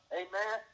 amen